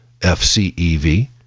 FCEV